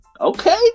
Okay